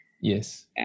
yes